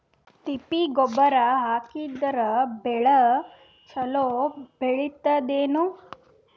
ತಿಪ್ಪಿ ಗೊಬ್ಬರ ಹಾಕಿದರ ಬೆಳ ಚಲೋ ಬೆಳಿತದೇನು?